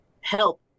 Help